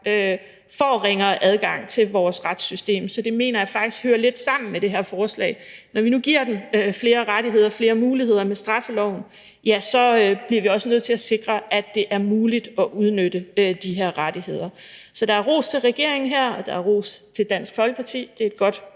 får ringere adgang til vores retssystem. Så det mener jeg faktisk hører lidt sammen med det her forslag. Når vi nu giver dem flere rettigheder og flere muligheder med straffeloven, bliver vi også nødt til at sikre, at det er muligt at udnytte de her rettigheder. Så der er ros til regeringen her, og der er ros til Dansk Folkeparti – det er et godt